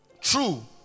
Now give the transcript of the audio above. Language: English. true